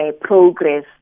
progress